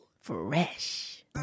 Fresh